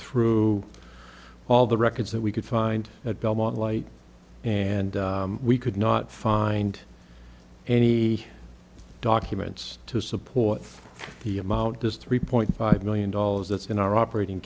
through all the records that we could find at belmont light and we could not find any documents to support the amount this three point five million dollars that's in our operating